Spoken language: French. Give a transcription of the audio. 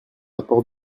apporte